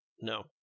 No